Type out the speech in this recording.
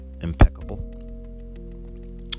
impeccable